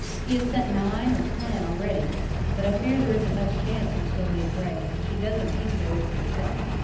he has sent nine or ten already but i fear there isn't much chance for sylvia gray, and she doesn't think there is herself.